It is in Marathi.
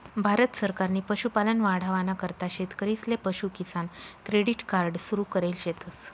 भारत सरकारनी पशुपालन वाढावाना करता शेतकरीसले पशु किसान क्रेडिट कार्ड सुरु करेल शेतस